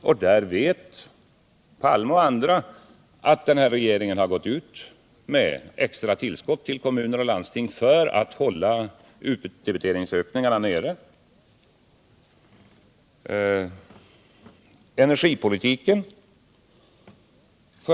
Herr Palme vet liksom alla andra att denna regering i det syftet har gått ut till kommuner och landsting med extra tillskott för att man skall kunna hålla utdebiteringarna nere.